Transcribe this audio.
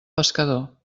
pescador